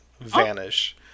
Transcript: vanish